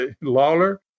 Lawler